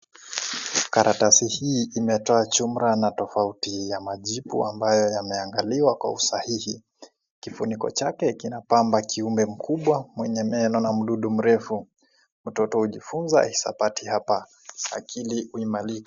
Karatasi hii imetoa jumla na tofauti ya majibu ambayo yameangaliwa kwa usahihi, kifuniko chake kinapamba kiumbe mkubwa mwenye meno na mdudu mrefu, mtoto hujifunza hesabati hapa akili huimarika.